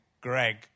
Greg